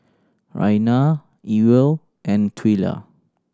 Raina Ewell and Twila